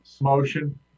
Motion